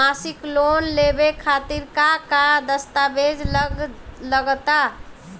मसीक लोन लेवे खातिर का का दास्तावेज लग ता?